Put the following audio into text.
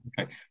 Okay